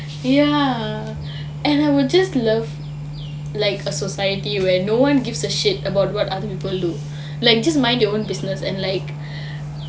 ya and I would just love like a society where no one gives a shit about what other people do like just mind your own business and like